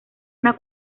una